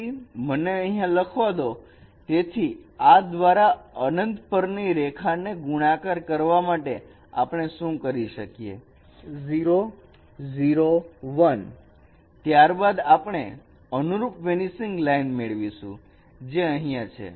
તેથી મને અહીં લખવા દો તેથી આ દ્વારા અનંત પરની રેખાને ગુણાકાર કરવા માટે આપણે શું કરી શકીએ ત્યારબાદ આપણે અનુરૂપ વેનીસિંગ લાઈન મેળવશું જે અહીંયા છે